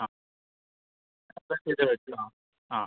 ആ ടെസ്റ്റ് ചെയ്ത് വെയ്ക്കാം ആ